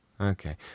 Okay